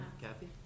Kathy